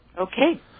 Okay